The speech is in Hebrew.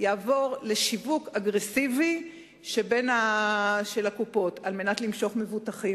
יעבור לשיווק אגרסיבי של הקופות כדי למשוך מבוטחים.